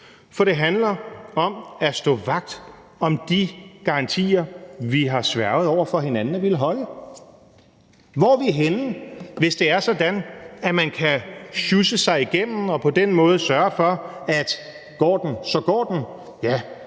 for det handler om at stå vagt om de garantier, vi har sværget over for hinanden at ville holde. Hvor er vi henne, hvis det er sådan, at man kan sjusse sig igennem det og på den måde sørge for, at går den, så går den? Ja,